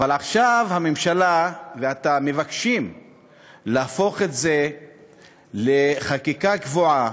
עכשיו הממשלה ואתה מבקשים להפוך את זה לחקיקה קבועה,